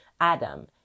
Adam